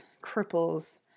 cripples